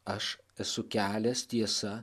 aš esu kelias tiesa